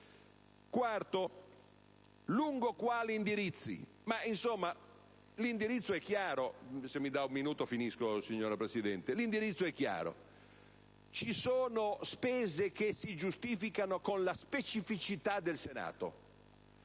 Quarto: lungo quali indirizzi? L'indirizzo è chiaro: ci sono spese che si giustificano con la specificità del Senato,